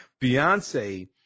Beyonce